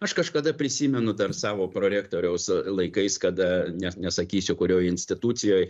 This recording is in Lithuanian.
aš kažkada prisimenu dar savo prorektoriaus laikais kada net nesakysiu kurioj institucijoj